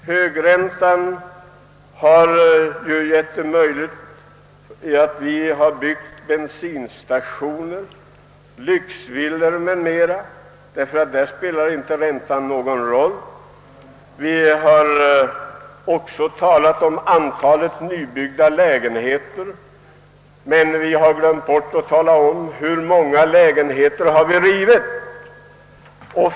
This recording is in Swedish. Högräntan har lett till ett stort byggande av bensinstationer, lyxvillor o. d., ty därvidlag spelar inte räntan någon roll. Det har också talats om antalet nybyggda lägenheter, men man har glömt att samtidigt nämna hur många lägenheter som rivits.